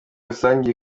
rusange